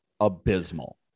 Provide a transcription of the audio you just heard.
abysmal